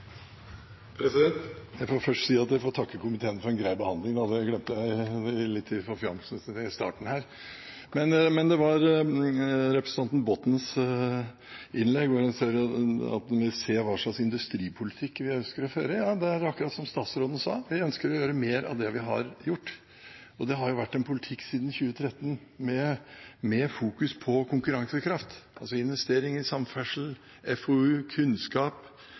Jeg får først si at jeg får takke komiteen for en grei behandling av saken, det glemte jeg i forfjamselsen i starten. Når det gjelder representanten Bottens innlegg, om at man vil se hva slags industripolitikk vi ønsker å føre, er det akkurat som statsråden sa: Vi ønsker å gjøre mer av det vi har gjort. Det har vært en politikk siden 2013: å fokusere på konkurransekraft, altså å investere i samferdsel, FoU, kunnskap,